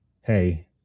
hey